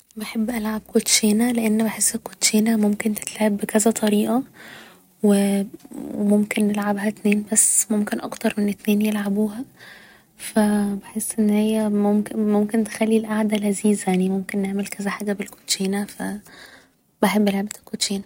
بحب العب كوتشينة لان بحس الكوتشينة ممكن تتلعب بكذا طريقة و وممكن نلعبها اتنين بس و ممكن اكتر من اتنين يلعبوها ف بحس ان هي ممكن تخلي القاعدة لذيذة يعني ممكن نعمل كذا حاجة بالكوتشينة ف بحب لعبة الكوتشينة